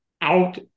out